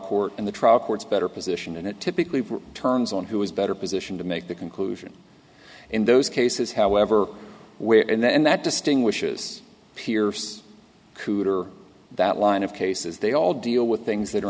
court and the trial courts better position and it typically turns on who is better position to make the conclusion in those cases however where and that distinguishes pierce cooder that line of cases they all deal with things that are